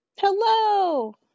Hello